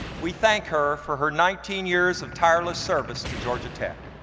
we thank her for her nineteen years of tireless service to georgia tech.